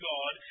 God